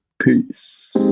Peace